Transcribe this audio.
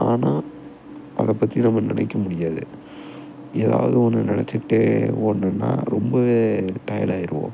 ஆனால் அதை பற்றி நம்ம நினைக்க முடியாது ஏதாவுது ஒன்று நினைச்சிக்கிட்டே ஓடினோன்னா ரொம்பவே டயர்ட் ஆயிடுவோம்